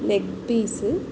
leg piece